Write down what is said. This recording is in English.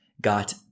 got